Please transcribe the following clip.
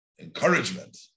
encouragement